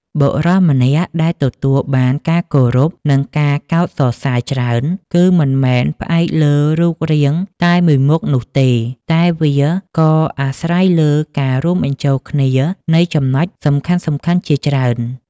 បុរសម្នាក់ដែលទទួលបានការគោរព និងការកោតសរសើរច្រើន គឺមិនមែនផ្អែកលើរូបរាងតែមួយមុខនោះទេ តែវាក៏អាស្រ័យលើការរួមបញ្ចូលគ្នានៃចំណុចសំខាន់ៗជាច្រើន។